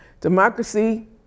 Democracy